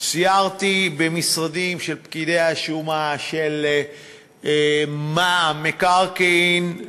סיירתי במשרדים של פקידי השומה, של מע"מ, מקרקעין,